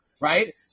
right